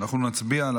נצביע על